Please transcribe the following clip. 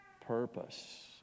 purpose